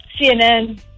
CNN